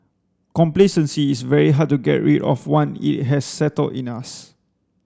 complacency is very hard to get rid of one it has settled in us